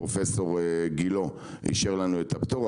פרופסור גילה אישר לנו את הפטור,